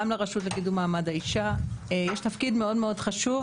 גם לרשות לקידום מעמד האישה יש תפקיד מאוד חשוב